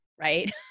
right